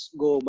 go